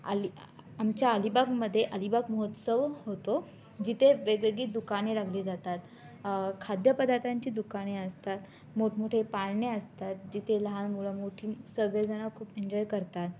आली आमच्या अलीबागमध्ये अलीबाग महोत्सव होतो जिथे वेगवेगळी दुकाने लावली जातात खाद्यपदार्थांची दुकाने असतात मोठमोठे पाळणे असतात जिथे लहान मुलं मोठी सगळेजणं खूप एन्जॉय करतात